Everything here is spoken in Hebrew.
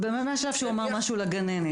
מהשלב שהוא אמר משהו לגננת.